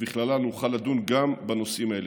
ובכללה נוכל לדון גם בנושאים האלה.